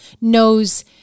knows